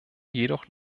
jedoch